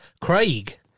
Craig